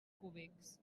cúbics